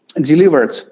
delivered